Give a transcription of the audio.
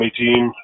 team